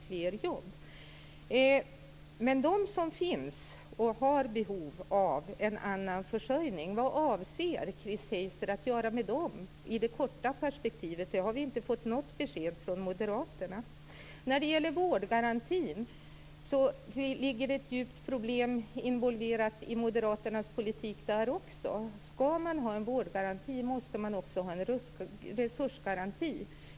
Vad avser Chris Heister att göra med dem som har behov av en annan försörjning i det korta perspektivet? Där har vi inte fått något besked från moderaterna. Också när det gäller vårdgarantin är ett djupt problem involverat i moderaternas politik. Skall man ha en vårdgaranti måste man också ha en resursgaranti.